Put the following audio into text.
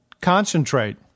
Concentrate